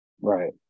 right